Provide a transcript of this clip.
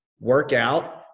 Workout